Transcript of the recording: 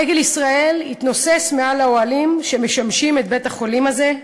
דגל ישראל התנוסס מעל האוהלים שמשמשים את בית-החולים הזה,